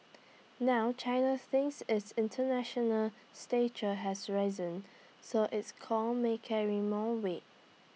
now China thinks its International stature has risen so its call may carry more weight